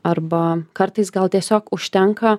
arba kartais gal tiesiog užtenka